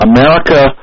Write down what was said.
America